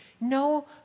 No